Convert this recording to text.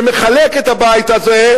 שמחלק את הבית הזה,